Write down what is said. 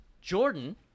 Jordan